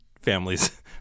families